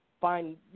find